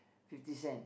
fifty cent